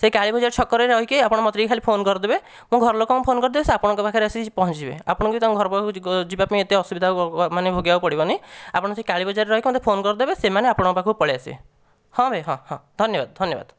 ସେ କାଳୀବଜାର ଛକରେ ରହିକି ଆପଣ ମୋତେ ଟିକିଏ ଖାଲି ଫୋନ୍ କରିଦେବେ ମୁଁ ଘରଲୋକଙ୍କୁ ଫୋନ୍ କରିଦେବି ସେ ଆପଣଙ୍କ ପାଖରେ ଆସିକି ପହଞ୍ଚିଯିବେ ଆପଣଙ୍କୁ ବି ତାଙ୍କ ଘର ପାଖକୁ ଯିବା ପାଇଁ ଏତେ ଅସୁବିଧା ମାନେ ଭୋଗିବାକୁ ପଡ଼ିବନି ଆପଣ ସେଇ କାଳୀବଜାରରେ ରହିକି ମୋତେ ଫୋନ୍ କରିଦେବେ ସେମାନେ ଆପଣଙ୍କ ପାଖକୁ ପଳାଇ ଆସିବେ ହଁ ଭାଇ ହଁ ଭାଇ ହଁ ହଁ ଧନ୍ୟବାଦ ଧନ୍ୟବାଦ